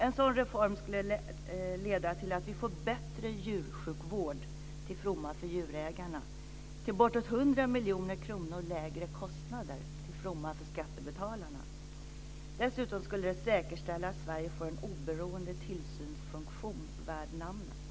En sådan reform skulle leda till att vi fick en bättre djursjukvård, till fromma för djurägarna, till uppemot 100 miljoner kronor lägre kostnader, till fromma för skattebetalarna. Dessutom skulle den säkerställa Sverige en oberoende tillsynsfunktion värd namnet.